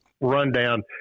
rundown